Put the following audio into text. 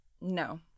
No